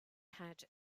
had